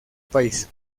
país